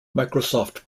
microsoft